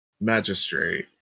magistrate